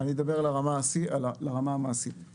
אני אדבר על הרמה המעשית.